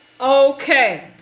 Okay